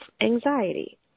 anxiety